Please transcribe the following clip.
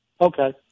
Okay